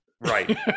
right